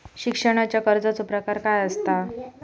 शिक्षणाच्या कर्जाचो प्रकार काय आसत?